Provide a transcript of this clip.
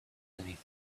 beneath